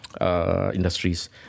industries